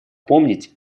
помнить